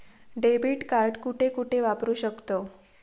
Debit card कुठे कुठे वापरू शकतव?